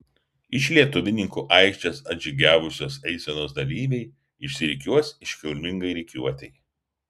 iš lietuvininkų aikštės atžygiavusios eisenos dalyviai išsirikiuos iškilmingai rikiuotei